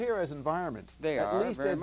here as environments they are in very